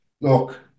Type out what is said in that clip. look